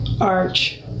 arch